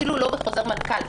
אפילו לא בחוזר מנכ"ל,